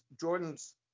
Jordan's